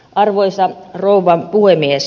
arvoisa rouva puhemies